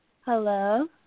Hello